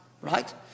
right